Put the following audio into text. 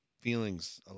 feelings